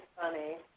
funny